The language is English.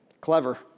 Clever